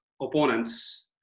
opponents